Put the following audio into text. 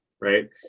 Right